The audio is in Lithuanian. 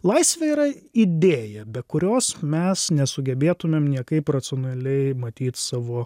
laisvė yra idėja be kurios mes nesugebėtumėm niekaip racionaliai matyt savo